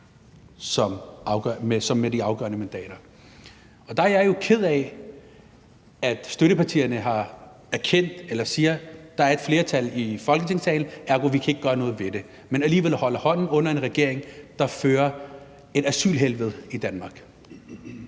med de afgørende mandater. Der er jeg jo ked af, at støttepartierne siger, at der er et flertal i Folketingssalen, ergo kan vi ikke gøre noget ved det, men alligevel holder hånden under en regering, der fører et asylhelvede i Danmark.